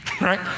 right